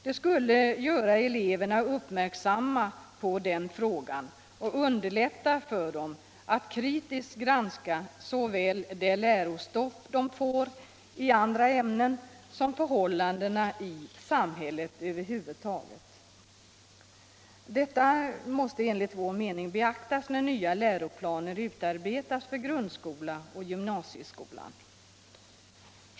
Det skulle göra eleverna uppmärksamma på frågan och underlätta för dem att kritiskt granska såväl lärostoffet i andra ämnen som förhållandena i samhället över huvud taget. Detta måste enligt vår mening beaktas när nya läroplaner utarbetas för grundskola och gymnasieskola.